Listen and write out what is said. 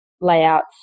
layouts